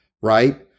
right